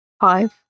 Five